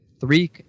three